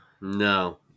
No